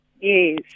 yes